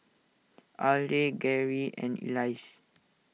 Arley Gerry and Elzy